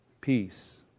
peace